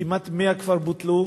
כמעט 100 כבר בוטלו,